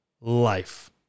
life